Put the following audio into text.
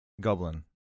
Goblin